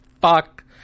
fuck